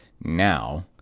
now